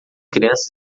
crianças